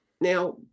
Now